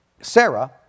Sarah